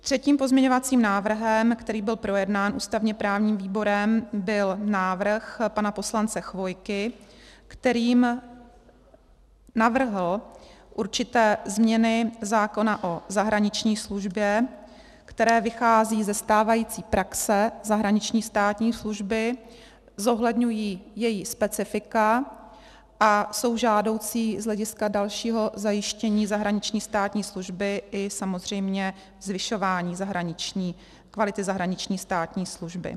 Třetím pozměňovacím návrhem, který byl projednán ústavněprávním výborem, byl návrh pana poslance Chvojky, kterým navrhl určité změny zákona o zahraniční službě, které vycházejí ze stávající praxe zahraniční státní služby, zohledňují její specifika a jsou žádoucí z hlediska dalšího zajištění zahraniční státní služby i samozřejmě zvyšování kvality zahraniční státní služby.